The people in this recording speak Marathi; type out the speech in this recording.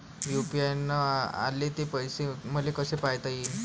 यू.पी.आय न आले ते पैसे मले कसे पायता येईन?